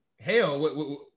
hell